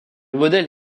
modèle